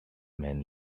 man